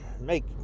make